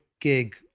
gig